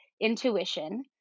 intuition